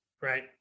Right